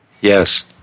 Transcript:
Yes